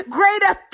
greater